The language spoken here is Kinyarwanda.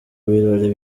birori